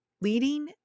Leading